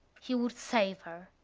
he would save her.